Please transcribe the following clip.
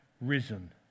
risen